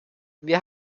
wir